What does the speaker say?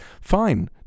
Fine